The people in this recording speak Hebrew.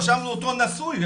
רשמנו אותו נשוי,